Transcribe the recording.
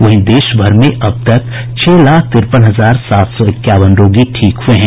वहीं देश भर में अब तक छह लाख तिरपन हजार सात सौ इक्यावन रोगी ठीक हुए हैं